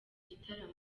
gitaramo